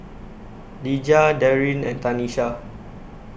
Dejah Darin and Tanesha